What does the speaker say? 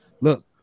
Look